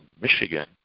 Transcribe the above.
Michigan